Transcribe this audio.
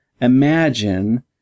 imagine